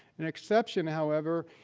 an exception, however,